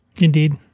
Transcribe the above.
Indeed